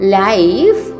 life